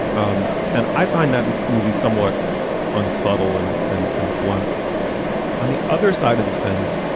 um and i find the movie somewhat unsubtle and and and blunt on the other side of the fence.